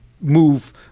move